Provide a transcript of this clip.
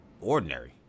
ordinary